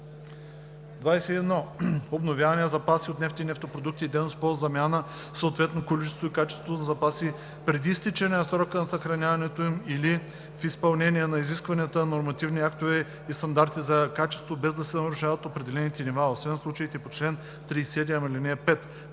21. „Обновяване на запаси от нефт и нефтопродукти“ е дейност по замяна в съответното количество и качество на запаси преди изтичане срока на съхраняването им или в изпълнение на изискванията на нормативни актове и стандарти за качество, без да се нарушават определените нива, освен в случаите по чл. 37, ал. 5.